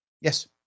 Yes